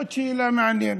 זאת שאלה מעניינת.